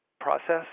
process